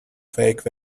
fake